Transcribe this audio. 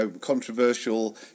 controversial